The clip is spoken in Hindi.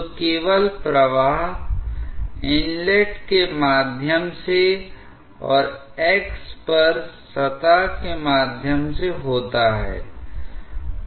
तो केवल प्रवाह इनलेट के माध्यम से और x पर सतह के माध्यम से होता है